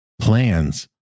Plans